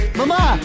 mama